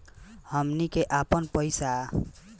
हमनी के आपन पइसा एस.बी.आई में जामा करेनिजा